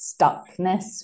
stuckness